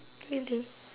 really